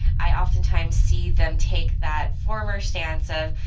i oftentimes see them take that former stance of,